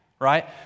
right